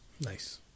Nice